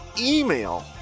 email